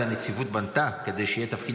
את זה הנציבות בנתה כדי שיהיה תפקיד